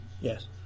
Yes